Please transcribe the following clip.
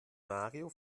mario